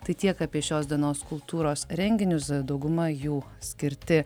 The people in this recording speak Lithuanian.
tai tiek apie šios dienos kultūros renginius dauguma jų skirti